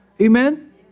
Amen